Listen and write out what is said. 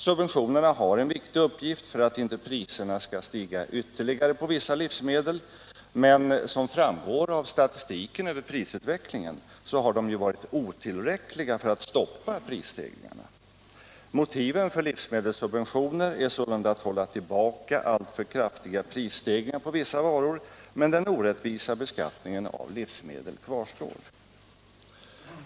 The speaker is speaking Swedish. Subventionerna är viktiga för att inte priserna skall stiga ytterligare på vissa livsmedel, men som framgår av statistiken över prisutvecklingen har de varit otillräckliga för att stoppa prisstegringarna. Motiven för livsmedelssubventioner är sålunda att hålla tillbaka alltför kraftiga prisstegringar på vissa varor, men den orättvisa beskattningen av livsmedel kvarstår.